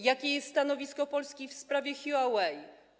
Jakie jest stanowisko Polski w sprawie Huawei?